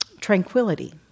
tranquility